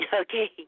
Okay